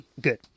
Good